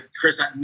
Chris